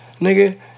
Nigga